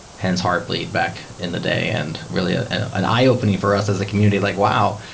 hence, hardly back in the day and really ah an eye-opening for us as a community, like, wow.